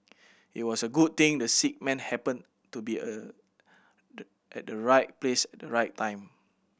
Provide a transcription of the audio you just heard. it was a good thing the sick man happened to be a at the right place at the right time